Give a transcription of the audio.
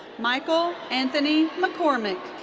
michael anthony mccormick.